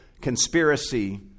conspiracy